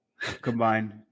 Combined